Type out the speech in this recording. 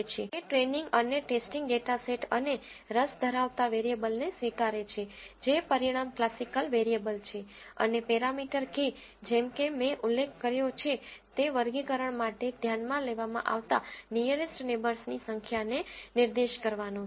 તે ટ્રેનીંગ અને testing data set અને રસ ધરાવતા વેરીએબલને સ્વીકારે છે જે પરિણામ ક્લાસિકલ વેરિયેબલ છે અને પેરામીટર k જેમ કે મેં ઉલ્લેખ કર્યો છે તે વર્ગીકરણ માટે ધ્યાનમાં લેવામાં આવતા નીઅરેસ્ટ નેબર્સની સંખ્યાને નિર્દેશ કરવાનું છે